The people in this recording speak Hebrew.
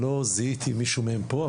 לא זיהיתי מישהו מהם פה,